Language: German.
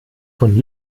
von